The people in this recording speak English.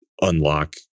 unlock